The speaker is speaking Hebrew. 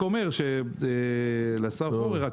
אני רק אומר לשר פורר,